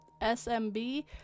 SMB